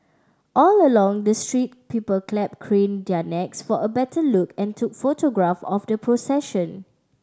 all along the street people clapped craned their necks for a better look and took photograph of the procession